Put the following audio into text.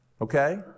Okay